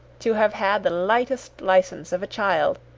to have had the lightest licence of a child,